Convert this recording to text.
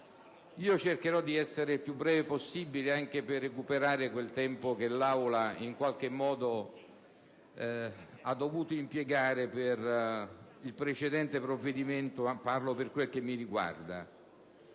Io cercherò di essere il più breve possibile, anche per recuperare quel tempo che l'Aula ha in qualche modo dovuto impiegare per il precedente provvedimento (parlo per quel che mi riguarda).